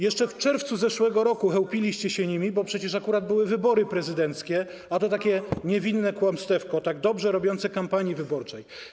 Jeszcze w czerwcu zeszłego roku chełpiliście się nimi, bo przecież akurat były wybory prezydenckie, a to takie niewinne kłamstewko, tak dobrze robiące kampanii wyborczej.